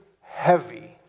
heavy